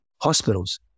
hospitals